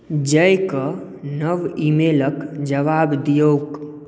जयके नव ईमेलके जवाब दियौक